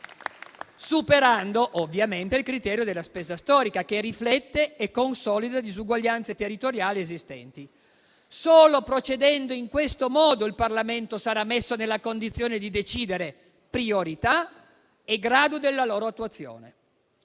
superando ovviamente il criterio della spesa storica, che riflette e consolida diseguaglianze territoriali esistenti. Solo procedendo in questo modo il Parlamento sarà messo nella condizione di decidere priorità e grado della loro attuazione.